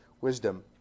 wisdom